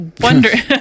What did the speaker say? wondering